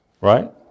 Right